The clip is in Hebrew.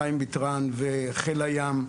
חיים ביטרן וחיל הים,